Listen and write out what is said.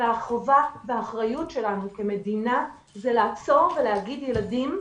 והחובה והאחריות שלנו כמדינה היא לעצור ולהגיד: ילדים,